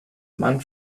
mann